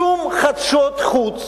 שום חדשות חוץ